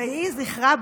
יהי זכרה ברוך.